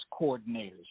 coordinators